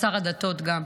שר הדתות גם,